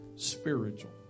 Spiritual